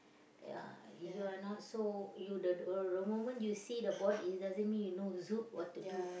ya you are not so you the the moment you see the body doesn't mean you know what to do